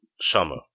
Summer